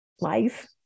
Life